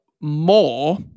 more